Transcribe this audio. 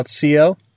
Co